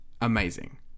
amazing